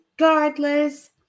regardless